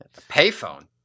Payphone